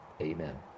Amen